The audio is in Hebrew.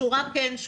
שורה כן,